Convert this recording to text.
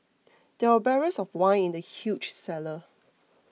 there were barrels of wine in the huge cellar